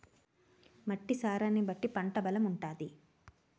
మట్టి సారాన్ని బట్టి పంట బలం ఉంటాది